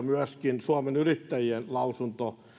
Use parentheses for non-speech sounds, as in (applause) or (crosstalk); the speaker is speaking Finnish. (unintelligible) myöskin suomen yrittäjien lausunto